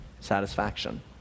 satisfaction